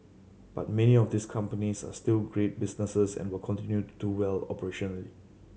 but many of these companies are still great businesses and will continue do well operationally